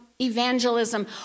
evangelism